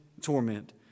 torment